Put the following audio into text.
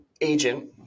agent